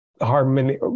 Harmony